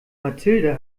mathilde